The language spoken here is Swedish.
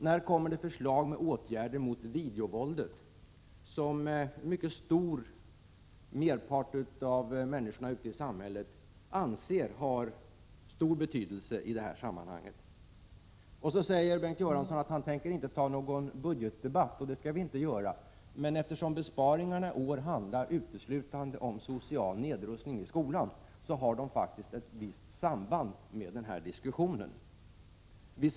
När kommer förslag med åtgärder mot videovåldet, som en mycket stor majoritet av människorna i samhället anser ha stor betydelse i detta sammanhang? Bengt Göransson sade att han inte tänker ta upp någon budgetdebatt. Nej, det skall vi inte göra, men eftersom besparingarna i år uteslutande handlar om social nedrustning i skolan har de faktiskt ett visst samband med den = Prot. 1986/87:57 diskussionen.